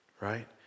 right